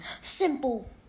Simple